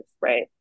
right